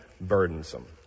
burdensome